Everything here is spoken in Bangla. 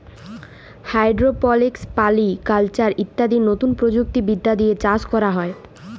হাইড্রপলিক্স, পলি কালচার ইত্যাদি লতুন প্রযুক্তি বিদ্যা দিয়ে চাষ ক্যরা হ্যয়